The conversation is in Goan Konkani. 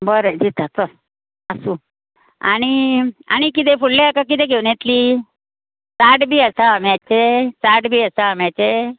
बरें दिता चल आसूं आनी आणी किदें फुडल्या हेका किदें घेवन येत्ली साठ बी आसा आम्याचें साठ बी आसा आम्याचें